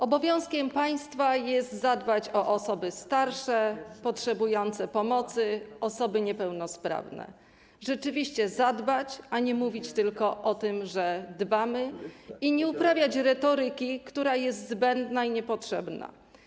Obowiązkiem państwa jest zadbać o osoby starsze, potrzebujące pomocy i osoby niepełnosprawne, rzeczywiście zadbać, a nie mówić tylko o tym, że dbamy, i nie uprawiać retoryki, która jest zbędna i niepotrzebna.